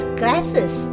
glasses